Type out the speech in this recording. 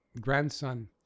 grandson